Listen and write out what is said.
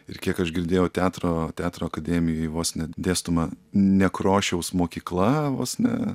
ir kiek aš girdėjau teatro teatro akademijoj vos ne dėstoma nekrošiaus mokykla vos ne